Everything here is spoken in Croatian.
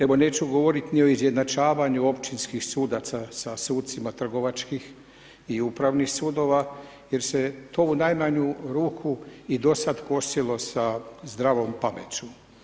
Evo neću govorit ni o izjednačavaju općinskih sudaca sa sucima trgovačkih i upravnih sudova jer se to u najmanju ruku i dosad kosilo sa zdravom pameću.